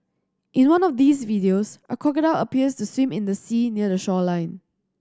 in one of these videos a crocodile appears to swim in the sea near the shoreline